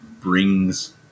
brings